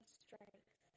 strength